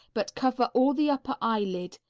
but cover all the upper eyelid,